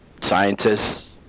scientists